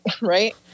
Right